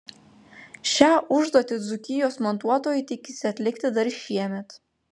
šią užduotį dzūkijos montuotojai tikisi atlikti dar šiemet